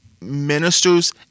ministers